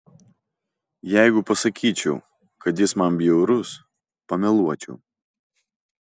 jeigu pasakyčiau kad jis man bjaurus pameluočiau